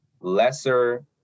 lesser